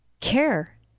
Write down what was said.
care